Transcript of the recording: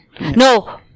No